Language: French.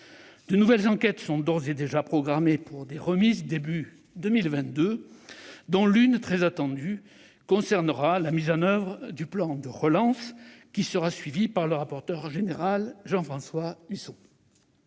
De nouvelles enquêtes sont d'ores et déjà programmées pour être remises au début de l'année 2022, dont l'une, très attendue, concernera la mise en oeuvre du plan de relance et sera suivie par le rapporteur général de notre commission,